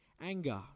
anger